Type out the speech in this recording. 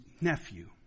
nephew